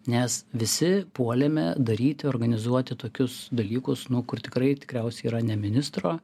nes visi puolėme daryti organizuoti tokius dalykus nu kur tikrai tikriausiai yra ne ministro